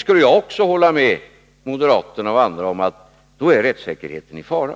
skulle jag hålla med moderaterna och andra om att rättssäkerheten är i fara.